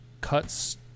cuts